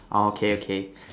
okay okay